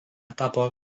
tapo